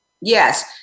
Yes